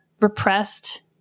Repressed